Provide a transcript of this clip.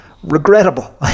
Regrettable